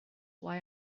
why